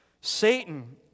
Satan